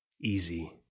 Easy